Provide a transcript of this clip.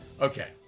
Okay